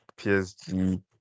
PSG